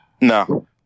No